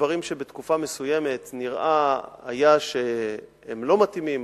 דברים שבתקופה מסוימת נראה היה שהם לא מתאימים,